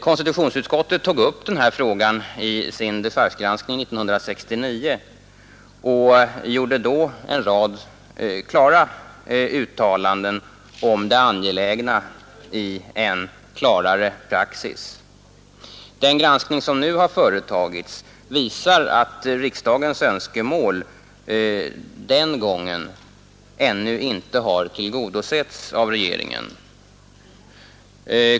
Konstitutionsutskottet tog upp denna fråga i sin dechargegranskning 1969 och gjorde då en rad entydiga uttalanden om det angelägna i en klarare praxis. Den granskning som nu företagits visar att riksdagens önskemål den gången ännu inte har tillgodosetts av regeringen.